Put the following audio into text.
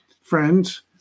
friends